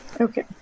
okay